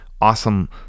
awesome